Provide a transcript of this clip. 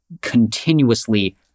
continuously